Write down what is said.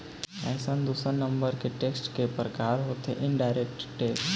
अइसने दूसर नंबर के टेक्स के परकार होथे इनडायरेक्ट टेक्स